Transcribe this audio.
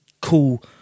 cool